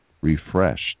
refreshed